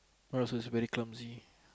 also it's very clumsy